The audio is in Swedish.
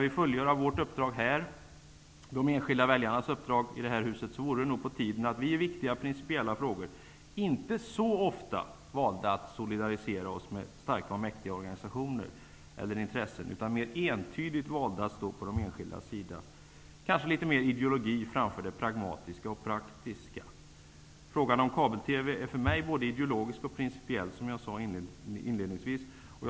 Om vi skall fullgöra vårt uppdrag -- de enskilda väljarnas uppdrag -- i det här huset vore det nog på tiden att vi i viktiga principiella frågor inte så ofta valde att solidarisera oss med starka och mäktiga organisationer eller intressen utan mer entydigt valde att stå på de enskildas sida. Det kanske skulle vara litet mer ideologi framför det pragmatiska och praktiska. Frågan om kabel-TV är för mig både ideologisk och principiell, som jag inledningsvis sade.